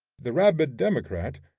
the rabid democrat,